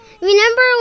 remember